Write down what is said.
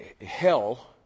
Hell